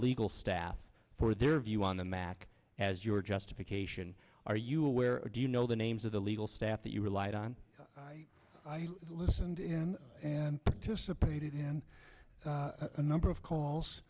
legal staff for their view on the mac as your justification are you aware of do you know the names of the legal staff that you relied on listened in and participated in a number of calls